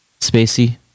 spacey